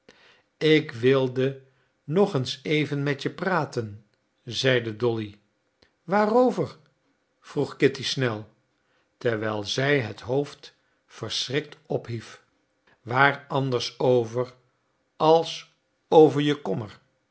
ik wilde nog eens even met je praten zeide dolly waarover vroeg kitty snel terwijl zij het hoofd verschrikt ophief waar anders over als over je kommer